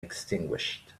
extinguished